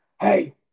hey